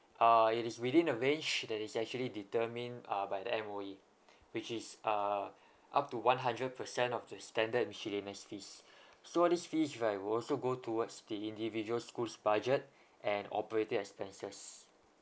ah it is within the range that is actually determined ah by the M_O_E which is uh up to one hundred percent of the standard miscellaneous fees so this fees right will also go towards the individual school's budget and operating expenses